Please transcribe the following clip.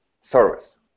service